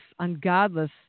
ungodless